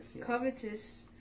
Covetous